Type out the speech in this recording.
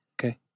Okay